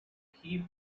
key